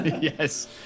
Yes